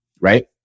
right